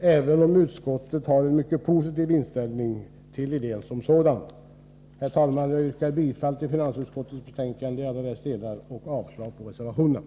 även om utskottet har en mycket positiv inställning till idén som sådan. Herr talman! Jag yrkar bifall till hemställan i finansutskottets betänkande i alla dess delar och avslag på reservationerna.